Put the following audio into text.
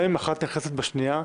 גם אם אחת נכנסת בשנייה,